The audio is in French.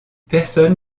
personne